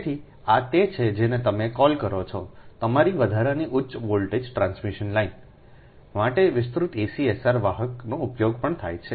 તેથી આ તે છે જેને તમે ક callલ કરો છોતમારી વધારાની ઉચ્ચ વોલ્ટેજ ટ્રાન્સમિશન લાઇન માટે વિસ્તૃત ACSR વાહકનો ઉપયોગ પણ થાય છે